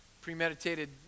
premeditated